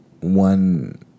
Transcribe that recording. one